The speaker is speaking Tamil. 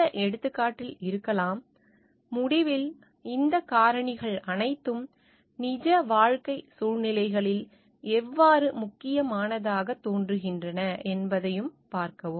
இந்த எடுத்துக்காட்டில் இருக்கலாம் முடிவில் இந்த காரணிகள் அனைத்தும் நிஜ வாழ்க்கை சூழ்நிலைகளில் எவ்வாறு முக்கியமானதாகத் தோன்றுகின்றன என்பதைப் பார்க்கவும்